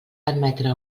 admetre